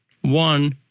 one